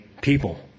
people